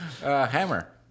Hammer